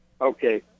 Okay